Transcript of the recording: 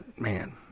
man